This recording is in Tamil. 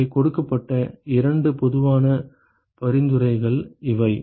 எனவே கொடுக்கப்பட்ட இரண்டு பொதுவான பரிந்துரைகள் இவை